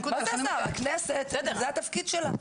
מה זה השר, הכנסת, הכנסת זה התפקיד שלה.